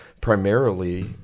primarily